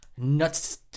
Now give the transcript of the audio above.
nuts